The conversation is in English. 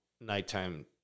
nighttime